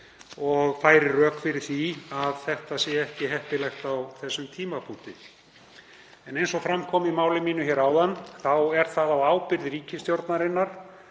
og færir rök fyrir því að þetta sé ekki heppilegt á þessum tímapunkti. En eins og fram kom í máli mínu hér áðan þá er það á ábyrgð ríkisstjórnarinnar